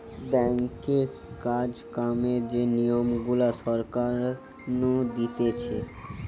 ব্যাঙ্কে কাজ কামের যে নিয়ম গুলা সরকার নু দিতেছে